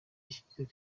yashize